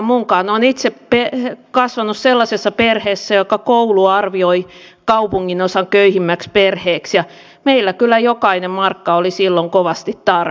olen itse kasvanut sellaisessa perheessä jonka koulu arvioi kaupunginosan köyhimmäksi perheeksi ja meillä kyllä jokainen markka oli silloin kovasti tarpeen